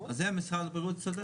אז את זה משרד הבריאות צריך.